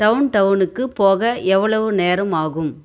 டவுன்டவுனுக்கு போக எவ்வளவு நேரம் ஆகும்